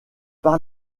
par